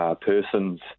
persons